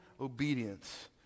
obedience